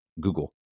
Google